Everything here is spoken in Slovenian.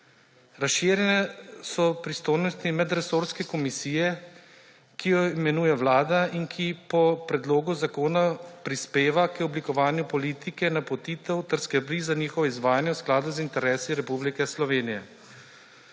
Razširjene so pristojnosti medresorske komisije, ki jo imenuje Vlada in ki po predlogu zakona prispeva k oblikovanju politike napotitev ter skrbi za njihovo izvajanje v skladu z interesi Republike Slovenije.